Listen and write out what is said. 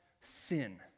sin